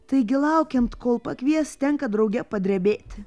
taigi laukiant kol pakvies tenka drauge padrebėti